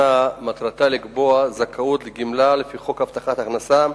מטרתה לקבוע זכאות לגמלה לפי חוק הבטחת הכנסה,